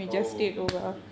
oh okay